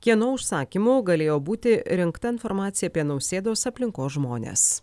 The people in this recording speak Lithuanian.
kieno užsakymu galėjo būti rinkta informacija apie nausėdos aplinkos žmones